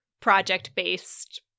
project-based